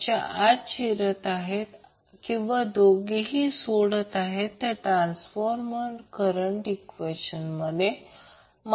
V R I0 असल्याने कारण रेझोनन्सवर XL XC 0 आणि ज्यासाठी XL XC 0 असेल तर करंट जास्तीत जास्त असेल